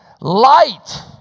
Light